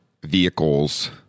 vehicles